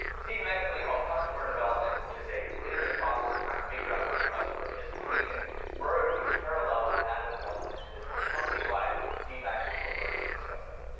steve invented something called customer development, which is an iterative process of trying to figure out who your customer is, which we can merge in parallel with agile development to this kind of company-wide feedback loop of learning and discovery.